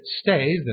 stay